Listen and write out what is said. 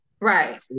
Right